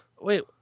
wait